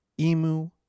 Emu